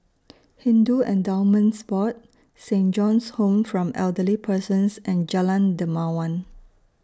Hindu Endowments Board Saint John's Home from Elderly Persons and Jalan Dermawan